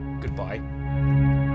Goodbye